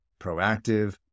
proactive